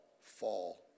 fall